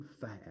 fast